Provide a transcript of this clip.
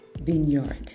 vineyard